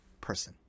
person